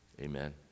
Amen